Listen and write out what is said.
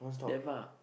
damn far